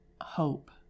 hope